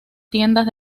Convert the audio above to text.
tiendas